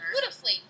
beautifully